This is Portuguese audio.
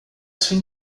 sua